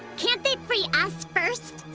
can't they free us first?